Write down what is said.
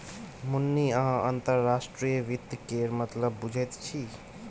मुन्नी अहाँ अंतर्राष्ट्रीय वित्त केर मतलब बुझैत छी